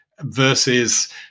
versus